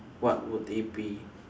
what would they be